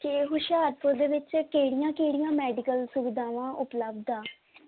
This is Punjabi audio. ਕਿ ਹੋਸ਼ਿਆਰਪੁਰ ਦੇ ਵਿੱਚ ਕਿਹੜੀਆਂ ਕਿਹੜੀਆਂ ਮੈਡੀਕਲ ਸੁਵਿਧਾਵਾਂ ਉਪਲਬਧ ਆ